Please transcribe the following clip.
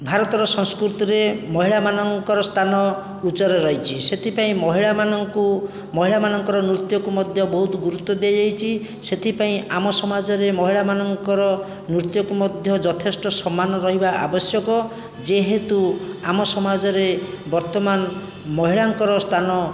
ଭାରତର ସଂସ୍କୃତିରେ ମହିଳାମାନଙ୍କର ସ୍ଥାନ ଉଚ୍ଚରେ ରହିଛି ସେଥିପାଇଁ ମହିଳାମାନଙ୍କୁ ମହିଳାମାନଙ୍କର ନୃତ୍ୟକୁ ମଧ୍ୟ ବହୁତ ଗୁରୁତ୍ୱ ଦିଆଯାଇଛି ସେଥିପାଇଁ ଆମ ସମାଜରେ ମହିଳାମାନଙ୍କର ନୃତ୍ୟକୁ ମଧ୍ୟ ଯଥେଷ୍ଟ ସମ୍ମାନ ରହିବା ଆବଶ୍ୟକ ଯେହେତୁ ଆମ ସମାଜରେ ବର୍ତ୍ତମାନ ମହିଳାଙ୍କର ସ୍ଥାନ